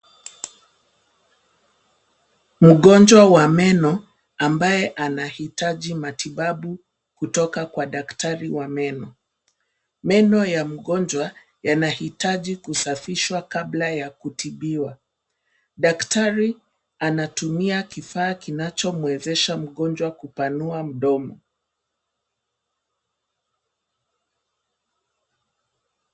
Mgonjwa wa meno ambaye anahitaji matibabu kutoka kwa daktari wa meno. Meno ya mgonjwa yanahitaji kusafishwa kabla ya kutibiwa. Daktari anatumia kifaa kinachomwezesha mgonjwa kupanua mdomo.